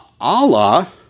Allah